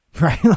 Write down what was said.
right